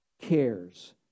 cares